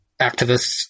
activists